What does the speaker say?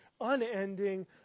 unending